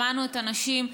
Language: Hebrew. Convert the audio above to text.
שמענו את האנשים,